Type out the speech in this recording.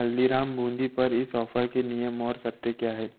हल्दीराम बूंदी पर इस ऑफ़र के नियम और शर्तें क्या है